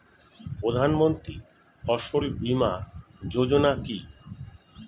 প্রধানমন্ত্রী ফসল বীমা যোজনা কি?